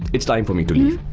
it's time for me to leave.